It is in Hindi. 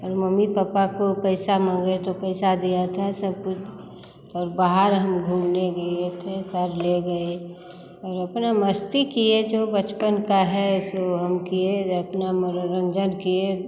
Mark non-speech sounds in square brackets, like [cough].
और मम्मी पपा को पैसा माँगे तो पैसा दिया था सब [unintelligible] और बाहर हम घूमने गए थे सर ले गए और अपना मस्ती किए जो बचपन का है सो हम किए अपना मनोरंजन किए